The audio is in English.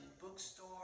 bookstore